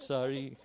Sorry